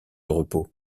repos